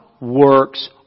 works